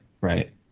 right